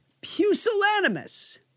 pusillanimous